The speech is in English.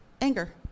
anger